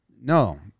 No